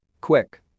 Quick